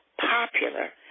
popular